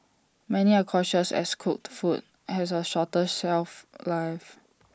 many are cautious as cooked food has A shorter shelf life